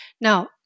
Now